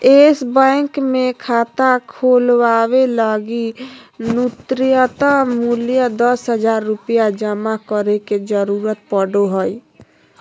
yes Bank मे खाता खोलवावे लगी नुय्तम मूल्य दस हज़ार रुपया जमा करे के जरूरत पड़ो हय